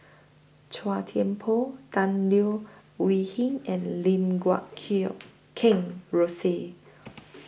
Chua Thian Poh Tan Leo Wee Hin and Lim Guat Kill Kheng Rosie